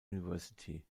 university